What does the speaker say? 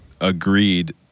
agreed